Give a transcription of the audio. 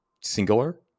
singular